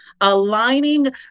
aligning